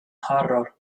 horror